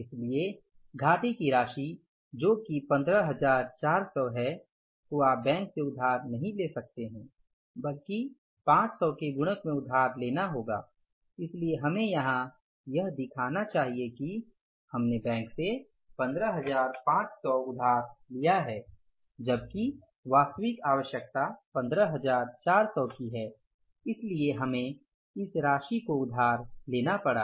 इसलिए घाटे की राशि जो कि 15400 है को आप बैंक से उधार नहीं ले सकते हैं बल्कि 500 के गुणक में उधार लेना होगा इसलिए हमें यहां यह दिखाना चाहिए कि हमने बैंक से 15500 उधार लिया है जबकि वास्तविक आवश्यकता 15400 की है इसलिए हमें इस राशि को उधार लेना पड़ा